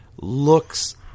looks